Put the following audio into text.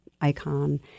icon